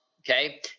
Okay